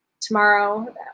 tomorrow